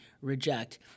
reject